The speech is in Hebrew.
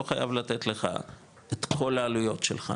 לא חייב לתת לך את כל העלויות שלך,